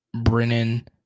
Brennan